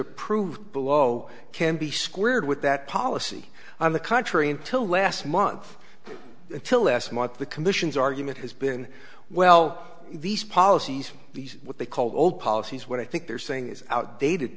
approved below can be squared with that policy on the contrary until last month until last month the commission's argument has been well these policies these what they called old policies what i think they're saying is outdated